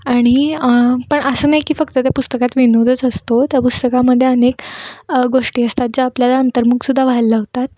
आणि पण असं नाही की फक्त त्या पुस्तकात विनोदच असतो त्या पुस्तकामध्ये अनेक गोष्टी असतात ज्या आपल्याला अंतर्मुख सुद्धा व्हायला लावतात